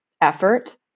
effort